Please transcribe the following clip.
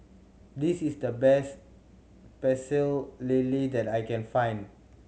this is the best Pecel Lele that I can find